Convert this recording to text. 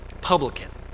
publican